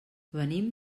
venim